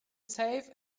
safe